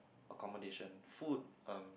of accommodation food um